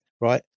right